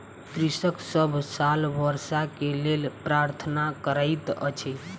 कृषक सभ साल वर्षा के लेल प्रार्थना करैत अछि